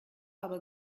aber